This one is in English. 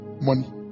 Money